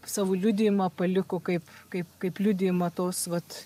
savo liudijimą paliko kaip kaip kaip liudijimą tos vat